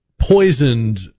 poisoned